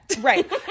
right